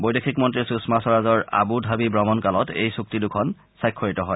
বৈদেশিক মন্তী সুষমা স্বৰাজৰ আবু ধাবি ভ্ৰমণকালত এই চুক্তি দুখন স্বাক্ষৰিত হয়